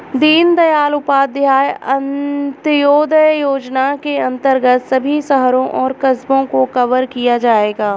दीनदयाल उपाध्याय अंत्योदय योजना के अंतर्गत सभी शहरों और कस्बों को कवर किया जाएगा